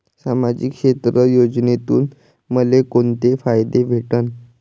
सामाजिक क्षेत्र योजनेतून मले कोंते फायदे भेटन?